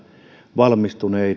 valmistuneet